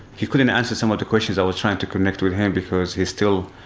he couldn't answer some of the questions, i was trying to connect with him, because he's still